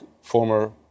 former